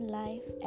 life